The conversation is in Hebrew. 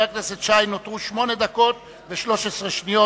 לחבר הכנסת שי נותרו שמונה דקות ו-13 שניות.